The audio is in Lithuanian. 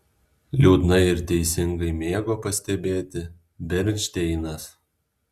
liūdnai ir teisingai mėgo pastebėti bernšteinas